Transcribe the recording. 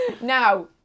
Now